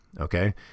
okay